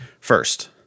First